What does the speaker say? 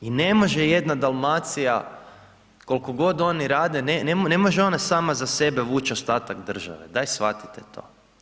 I ne može jedna Dalmacija, koliko god oni rade, ne može ona sama za sebe vući ostatak države, daj shvatite to.